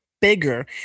bigger